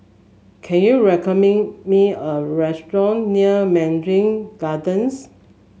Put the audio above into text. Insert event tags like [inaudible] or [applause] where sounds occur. can you [unintelligible] me a restaurant near Mandarin Gardens